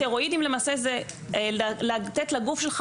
הסטרואידים למעשה זה לתת לגוף שלך